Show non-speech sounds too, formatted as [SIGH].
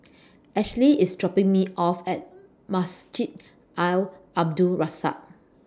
[NOISE] Ashlie IS dropping Me off At Masjid Al Abdul Razak